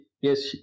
yes